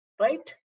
right